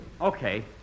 Okay